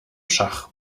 schach